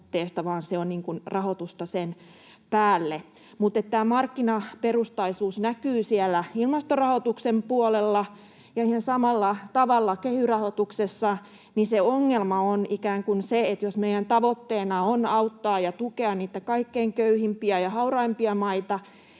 ja se on rahoitusta sen päälle. Tämä markkinaperustaisuus näkyy ilmastorahoituksen puolella, ja ihan samalla tavalla kehy-rahoituksessa ongelma on ikään kuin se, että jos meidän tavoitteena on auttaa ja tukea kaikkein köyhimpiä ja hauraimpia maita,